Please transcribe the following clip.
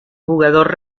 jugador